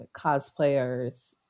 cosplayers